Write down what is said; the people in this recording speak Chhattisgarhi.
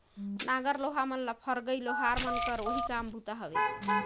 नांगर लोहा मन ल फरगई लोहार मन कर ओही काम बूता हवे